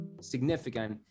significant